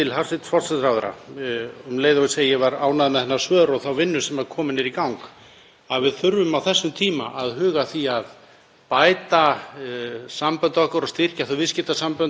sambönd okkar og styrkja viðskiptasambönd til að tryggja okkur fæðuframboð og aðfangaframboð á næstu mánuðum og misserum. Ég held að við megum raunverulega engan tíma missa í þeim efnum.